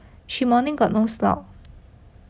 she morning got no slot